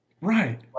Right